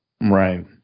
Right